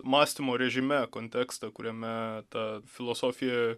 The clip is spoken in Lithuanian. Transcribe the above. mąstymo režime kontekstą kuriame ta filosofija